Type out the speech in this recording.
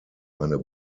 eine